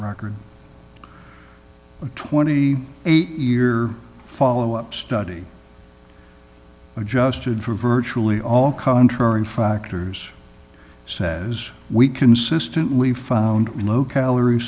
record a twenty eight year follow up study adjusted for virtually all contrary factors says we consistently found the low calorie